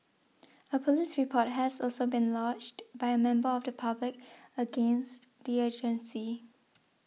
a police report has also been lodged by a member of the public against the agency